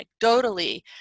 anecdotally